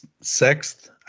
sixth